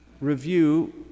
review